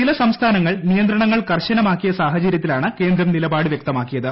ചില സംസ്ഥാനങ്ങൾ നിയന്ത്രണങ്ങൾ കർക്കശമാക്കിയ സാ ഹചര്യത്തിലാണ് കേന്ദ്രം നിലപാട് വൃക്തമാക്കിയത്